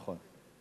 נכון.